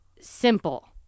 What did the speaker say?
Simple